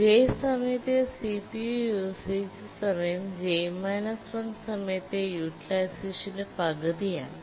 j സമയത്തെ C P U usage സമയം j 1 സമയത്തെ യൂട്ടിലൈസഷന്റെ പകുതി ആണ്